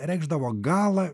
reikšdavo galą